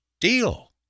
deal